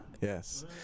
Yes